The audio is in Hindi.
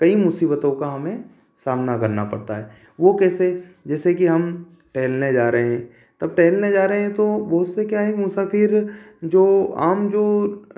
कई मुसीबतों का हमें सामना करना पड़ता है वह कैसे जैसे कि हम टहलने जा रहे हैं तो टहलने जा रहे हैं तो बहुत से क्या है मुसाफिर जो आम जो